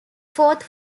fourth